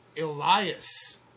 Elias